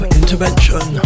intervention